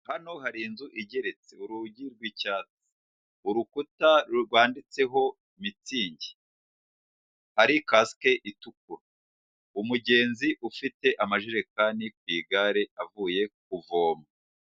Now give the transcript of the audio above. Hano hari inzu igeretse urugi rw'icya urukuta rwanditseho mitsingi, hari kasike itukura umugenzi ufite amajerekani ku igare avuye kuvoma.